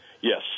Yes